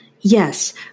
Yes